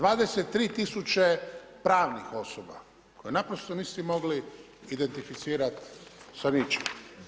23 000 pravnih osoba koje naprosto niste mogli identificirati sa ničim.